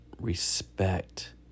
respect